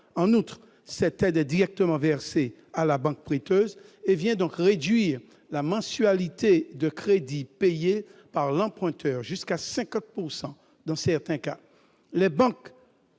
En outre, cette aide est directement versée à la banque prêteuse et vient donc réduire la mensualité de crédit payée par l'emprunteur- jusqu'à 50 % dans certains cas